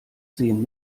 sehen